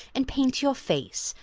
and paint your face,